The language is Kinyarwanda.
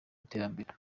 iterambere